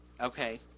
Okay